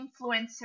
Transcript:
influencer